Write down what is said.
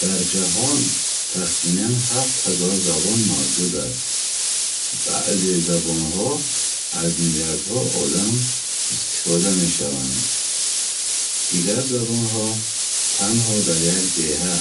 Дар ҷаҳон тахминан ҳафт ҳазор забон мавҷуд аст. Баъзе забонҳо аз миллиардҳо одам истифода мешаванд. Дигар забонҳо танҳо дар як деҳа